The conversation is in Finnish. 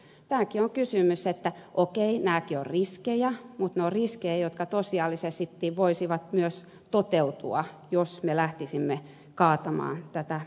tässäkin on kysymys siitä että okei nämä ovat riskejä mutta ne ovat riskejä jotka tosiasiallisesti voisivat myös toteutua jos me lähtisimme kaatamaan tätä pakettia